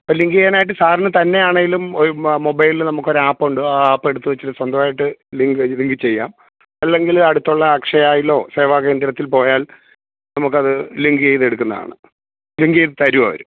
അപ്പം ലിങ്ക് ചെയ്യാനായിട്ട് സാറിന് തന്നെയാണേലും ഒരു മൊബൈൽല് നമുക്കൊരാപ്പുണ്ട് ആ ആപ്പ് എടുത്തു വെച്ചിട്ട് സ്വന്തമായിട്ട് ലിങ്ക് ലിങ്ക് ചെയ്യാം അല്ലെങ്കിൽ അടുത്തുള്ള അക്ഷയയിലോ സേവാ കേന്ദ്രത്തിൽ പോയാൽ നമുക്കത് ലിങ്ക് ചെയ്ത് എടുക്കുന്നതാണ് ലിങ്ക് ചെയ്ത് തരും അവർ